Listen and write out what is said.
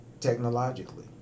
technologically